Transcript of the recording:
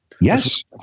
Yes